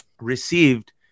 Received